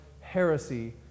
heresy